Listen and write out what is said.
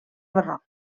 barroc